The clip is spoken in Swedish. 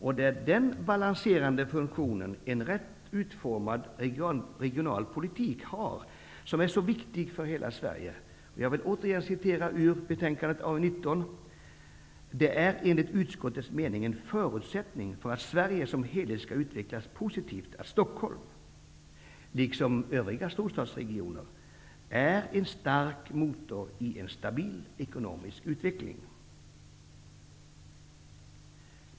Det är den balanserade funktion en rätt utformad regionalpolitik har som är så viktig för hela Sverige. Jag citerar återigen ur betänkande AU19: ''Det är enligt utskottets mening en förutsättning för att Sverige som helhet skall utvecklas positivt att Stockholm -- liksom övriga storstadsregioner -- är en stark motor i en stabil ekonomisk utveckling.''